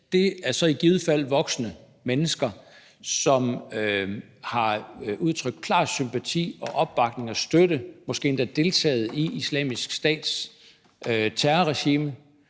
at det så i givet fald er voksne mennesker, som har udtrykt klar sympati for, opbakning og støtte til og måske endda deltaget i Islamisk Stats terrorregime,